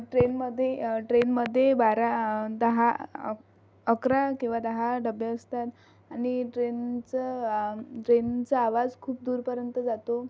ट्रेनमध्ये ट्रेनमध्ये बारा दहा अक अकरा किंवा दहा डबे असतात आणि ट्रेनचं ट्रेनचा आवाज खूप दूरपर्यंत जातो